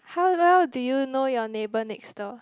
how well do you know your neighbour next door